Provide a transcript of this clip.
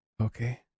Okay